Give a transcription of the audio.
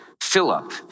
Philip